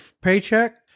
paycheck